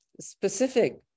specific